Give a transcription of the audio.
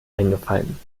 eingefallen